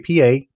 apa